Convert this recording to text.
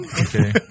Okay